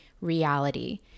reality